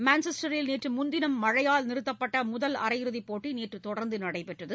மான்செஸ்டரில் நேற்றுமுன்தினம் மழையால் நிறுத்தப்பட்டமுதல் அரையிறுதிப்போட்டிநேற்றதொடர்ந்துநடைபெற்றது